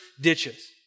ditches